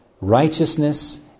righteousness